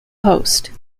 host